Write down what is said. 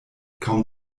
kaum